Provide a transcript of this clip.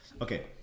okay